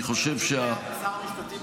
אני חושב --- אדוני שר המשפטים,